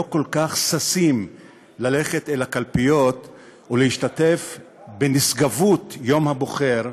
כל כך ששים ללכת אל הקלפיות ולהשתתף בנשגבות יום הבוחר,